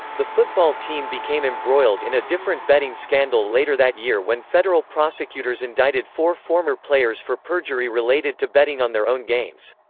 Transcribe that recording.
the football team became embroiled in a different betting scandal later that year when federal prosecutors indicted four former players for perjury related to betting on their own games.